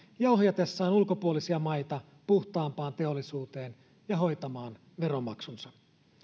ja ohjatessaan ulkopuolisia maita puhtaampaan teollisuuteen ja hoitamaan veronmaksunsa